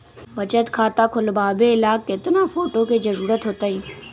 बचत खाता खोलबाबे ला केतना फोटो के जरूरत होतई?